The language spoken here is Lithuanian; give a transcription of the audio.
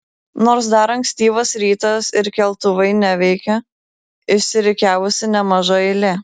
nors dar ankstyvas rytas ir keltuvai neveikia išsirikiavusi nemaža eilė